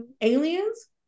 aliens